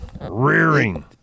Rearing